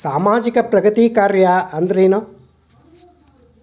ಸಾಮಾಜಿಕ ಪ್ರಗತಿ ಕಾರ್ಯಾ ಅಂದ್ರೇನು?